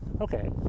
Okay